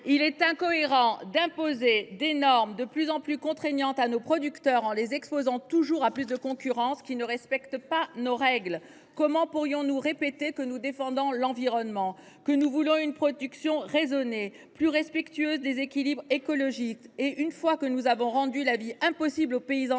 Il est incohérent d’imposer des normes de plus en plus contraignantes à nos producteurs, en les exposant toujours plus à des concurrents qui ne respectent pas les mêmes règles que les nôtres. Comment pourrions nous continuer à prétendre que nous défendons l’environnement, que nous voulons une production raisonnée, plus respectueuse des équilibres écologiques si, après avoir rendu la vie impossible aux paysans